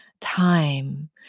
time